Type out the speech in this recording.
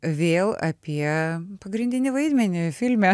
vėl apie pagrindinį vaidmenį filme